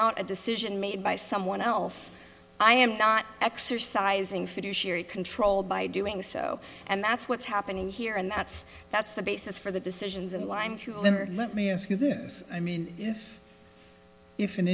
out a decision made by someone else i am not exercising fiduciary control by doing so and that's what's happening here and that's that's the basis for the decisions in line let me ask you this i mean if if an